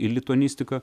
į lituanistiką